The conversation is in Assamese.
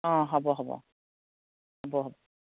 অ' হ'ব হ'ব হ'ব হ'ব